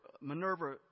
Minerva